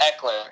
Eckler